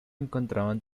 encontraban